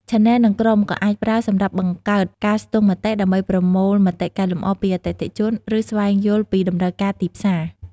ឆានែល និងក្រុមក៏អាចប្រើសម្រាប់បង្កើតការស្ទង់មតិ ដើម្បីប្រមូលមតិកែលម្អពីអតិថិជន ឬស្វែងយល់ពីតម្រូវការទីផ្សារ។